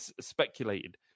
speculated